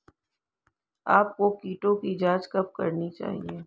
आपको कीटों की जांच कब करनी चाहिए?